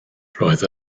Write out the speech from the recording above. roedd